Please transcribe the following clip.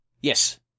Yes